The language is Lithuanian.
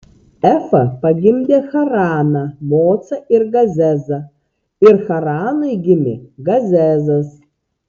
efa pagimdė haraną mocą ir gazezą ir haranui gimė gazezas